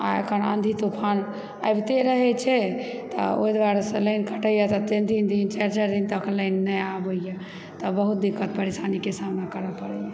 आ अखन आँधी तूफान आबिते रहै छै तऽ ओहि दुआरेसँ लाइन कटैएतऽ तीन तीन दिन चारि चारि दिन तक लाइन नहि आबैए तऽ बहुत दिक्कत परेशानीके सामना करऽ पड़ैए